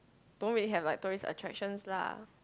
don't really have like tourist attractions lah